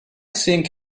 think